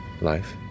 life